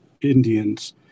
Indians